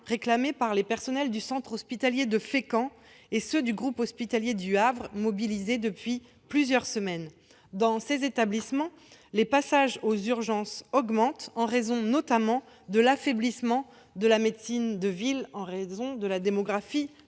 réclamés par les personnels du centre hospitalier de Fécamp et du groupe hospitalier du Havre, mobilisés depuis plusieurs semaines. Dans ces établissements, le recours aux urgences augmente, en raison notamment de l'affaiblissement de la médecine de ville, affaiblissement lié à la démographie